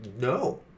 no